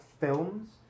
films